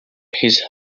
his